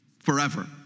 forever